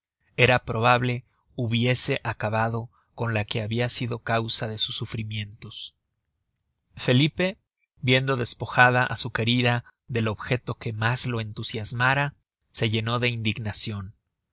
era probable hubiese acabado con la que habia sido causa de sus sufrimientos felipe viendo despojada á su querida del objeto que mas lo entusiasmara se llenó de indignacion